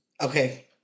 Okay